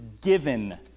given